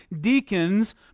deacons